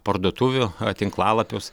parduotuvių tinklalapius